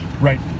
Right